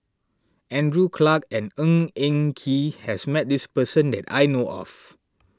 Andrew Clarke and Ng Eng Kee has met this person that I know of